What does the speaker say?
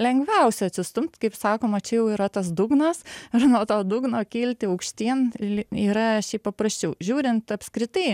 lengviausia atsistumt kaip sakoma čia jau yra tas dugnas ir nuo to dugno kilti aukštyn yra šiaip paprasčiau žiūrint apskritai